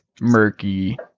murky